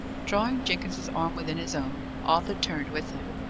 drawing jenkins's arm within his own, arthur turned with him.